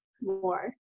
more